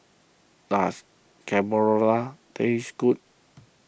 does Carbonara taste good